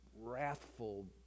wrathful